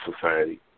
society